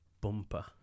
bumper